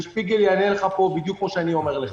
ושפיגלר יענה לך בדיוק כמו שאני אומר לך.